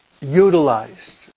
utilized